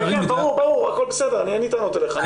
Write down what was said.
ברור, הכול בסדר, אין לי טענות אליך.